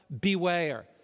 beware